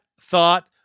thought